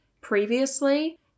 previously